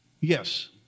Yes